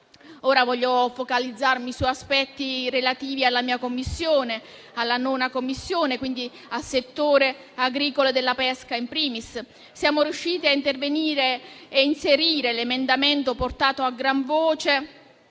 Ora voglio focalizzarmi su aspetti relativi alla mia Commissione, la 9ª Commissione, quindi al settore agricolo e della pesca in *primis*. Siamo riusciti a intervenire e inserire un emendamento portato a gran voce